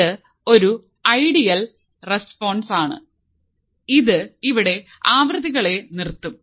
ഇത് ഒരു ideal response ആണ് ഇത് ഇവിടെ ആവൃത്തികളെ നിർത്തും